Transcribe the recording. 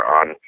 on